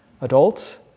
adults